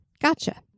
Gotcha